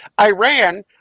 Iran